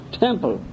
temple